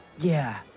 yeah.